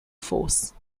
force